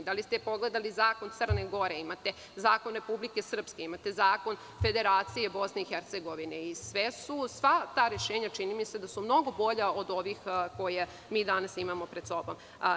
Da li ste pogledali zakon Crne Gore, imate zakon Republike Srpske, imate zakon Federacije BiH i sva ta rešenja čini mi se da su mnogo bolja od ovih koja mi danas imamo pred sobom.